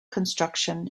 construction